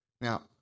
Now